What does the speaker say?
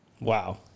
wow